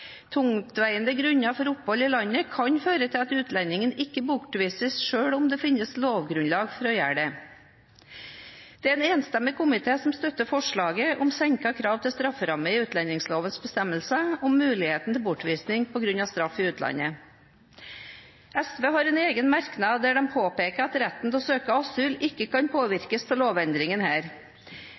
Tungtveiende grunner for opphold i landet kan føre til at utlendingen ikke bortvises, selv om det finnes lovgrunnlag for å gjøre det. Det er en enstemmig komité som støtter forslaget om senket krav til strafferamme i utlendingslovens bestemmelser om mulighet til bortvisning på grunn av straff i utlandet. SV har en egen merknad der de påpeker at retten til å søke asyl ikke kan påvirkes av lovendringen her.